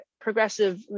progressive